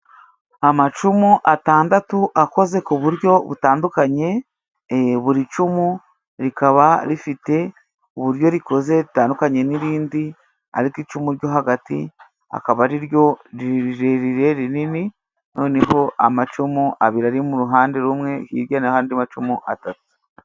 Amacumu atandatu akoze ku buryo butandukanye,e buri cumu rikaba rifite uburyo rikoze ritandukanye n'irindi, ariko icumu ryo hagati akaba ariryo ni rirerire rinini noneho amacumu abiri ari mu ruhande rumwe hirya naho andi macumu atatu.